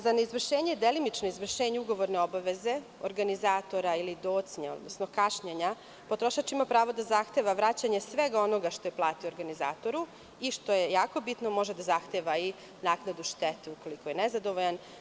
Za delimično izvršenje ugovorne obaveze organizatora ili docnje, odnosno kašnjenja, potrošač ima pravo da zahteva vraćanje svega onoga što je platio organizatoru i, što je jako bitno, može da zahteva i naknadu štete ukoliko je nezadovoljan.